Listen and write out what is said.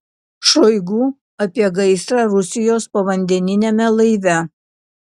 šoigu apie gaisrą rusijos povandeniniame laive